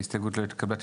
0 ההסתייגות לא התקבלה.